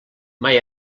mai